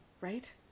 right